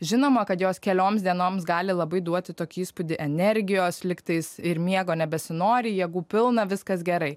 žinoma kad jos kelioms dienoms gali labai duoti tokį įspūdį energijos lygtais ir miego nebesinori jėgų pilna viskas gerai